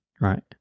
right